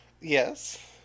Yes